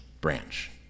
branch